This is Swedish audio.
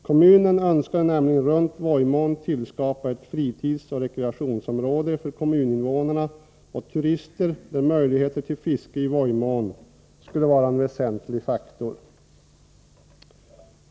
Kommunen önskade nämligen runt Vojmån skapa ett fritidsoch rekreationsområde för kommuninvånarna och för turister, där möjlighet till fiske i Vojmån skulle vara en väsentlig faktor.